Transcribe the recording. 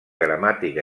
gramàtica